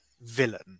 villain